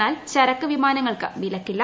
എന്നാൽ ചരക്ക് വിമാനങ്ങൾക്ക് വിലക്കില്ല